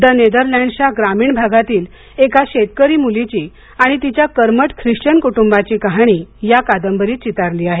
the नेदरलँड्सच्या ग्रामीण भागातील एका शेतकरी मुलीची आणि तिच्या कर्मठ खिश्वन कुटुंबाची कहाणी या कादंबरीत चितारली आहे